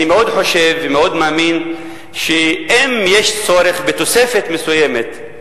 אני חושב ומאמין מאוד שאם יש צורך בתוספת מסוימת,